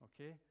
okay